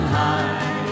high